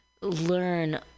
learn